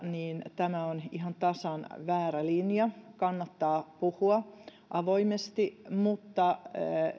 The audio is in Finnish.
niin tämä on ihan tasan väärä linja kannattaa puhua avoimesti mutta